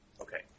Okay